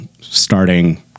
starting